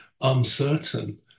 uncertain